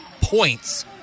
points